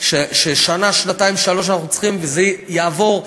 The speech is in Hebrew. שאנחנו צריכים שנה, שנתיים, שלוש, וזה יעבור.